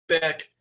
back